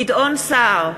גדעון סער,